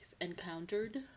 encountered